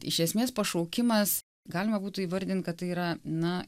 iš esmės pašaukimas galima būtų įvardint kad tai yra na